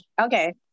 Okay